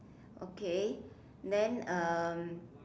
okay then um